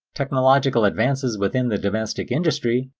technological advances within the domestic industry,